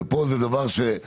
ופה זה דבר, אדוני,